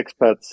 expats